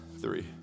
three